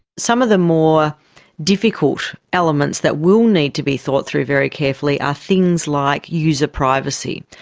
some of the more difficult elements that will need to be thought through very carefully are things like user privacy.